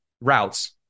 routes